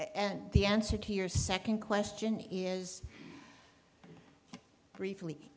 and the answer to your second question is briefly